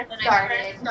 started